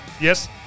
Yes